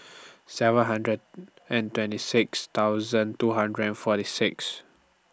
seven hundred and twenty six thousand two hundred and forty six